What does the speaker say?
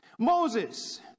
Moses